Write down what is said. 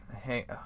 Hey